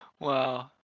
Wow